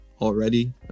already